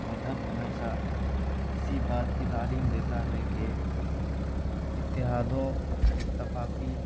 مذہب ہمیشہ اسی بات کی تعلیم دیتا ہے کہ اتحاد و اتفاقی